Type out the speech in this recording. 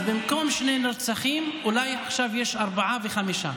אז במקום שני נרצחים אולי עכשיו היו ארבעה וחמישה.